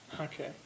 Okay